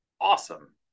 awesome